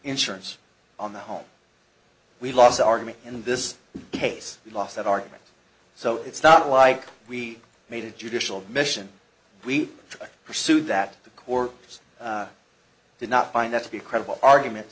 insurance on the home we lost the argument in this case we lost that argument so it's not like we made a judicial mission we pursued that the core did not find that to be a credible argument